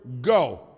go